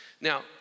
Now